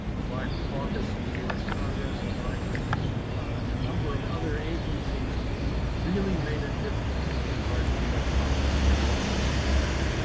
the black caucus and the u s. congress aligned with a number of other agencies really made a difference regarding u s. policy vis-a-vis sudan,